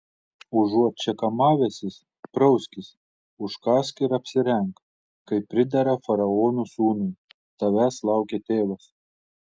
užuot čia kamavęsis prauskis užkąsk ir apsirenk kaip pridera faraono sūnui tavęs laukia tėvas